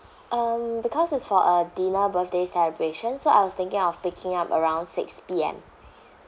um because it's for a dinner birthday celebration so I was thinking of picking up around six P_M